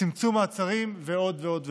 צמצום מעצרים ועוד ועוד ועוד.